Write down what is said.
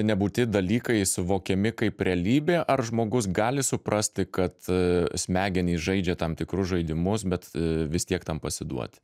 nebūti dalykai suvokiami kaip realybė ar žmogus gali suprasti kad smegenys žaidžia tam tikrus žaidimus bet vis tiek tam pasiduoti